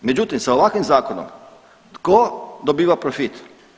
Međutim, sa ovakvim zakonom, tko dobiva profit?